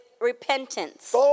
repentance